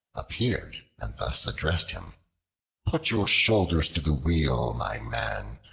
appeared and thus addressed him put your shoulders to the wheels, my man.